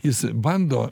jis bando